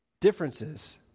differences